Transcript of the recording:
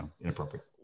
inappropriate